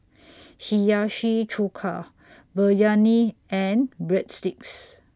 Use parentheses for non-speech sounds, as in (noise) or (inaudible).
(noise) Hiyashi Chuka Biryani and Breadsticks